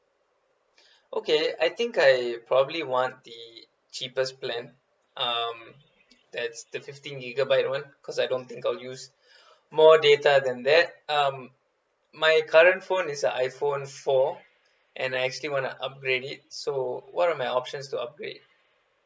okay I think I probably want the cheapest plan um that's the fifteen gigabyte one cause I don't think I'll use more data than that um my current phone is a iphone four and I actually wanna upgrade it so what are my options to upgrade